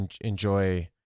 enjoy